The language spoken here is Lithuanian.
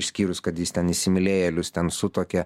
išskyrus kad jis ten įsimylėjėlius ten sutuokia